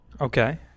Okay